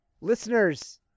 Listeners